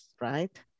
right